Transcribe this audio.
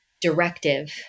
directive